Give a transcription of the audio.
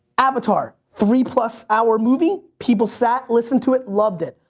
avatar, three-plus hour movie. people sat, listened to it, loved it.